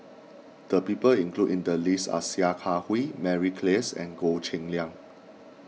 the people included in the list are Sia Kah Hui Mary Klass and Goh Cheng Liang